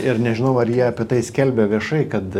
ir nežinau ar jie apie tai skelbia viešai kad